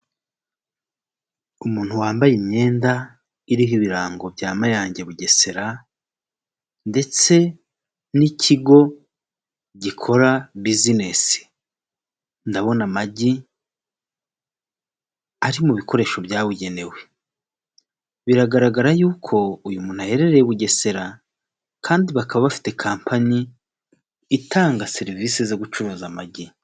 Muri rusange twebwe Kagame Paul perezida wa repubulika inteko ishinga amategeko yemeje none natwe duhamije dutangaje itegeko riteye ritya, kandi dutegetse ko ritangazwa mu igazeti ya leta ya repubulika y'u Rwanda.